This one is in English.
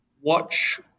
watch